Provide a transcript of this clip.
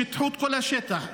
שיטחו את כל השטח,